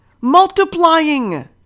Multiplying